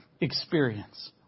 experience